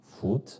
food